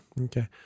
Okay